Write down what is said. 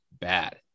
bad